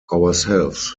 ourselves